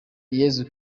yezu